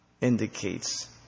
indicates